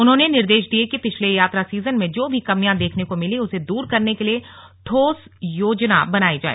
उन्होंने निर्देश दिये कि पिछले यात्रा सीजन में जो भी कमियां देखने को मिली उसे दूर करने के लिए ठोस योजना बनाई जाए